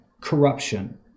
corruption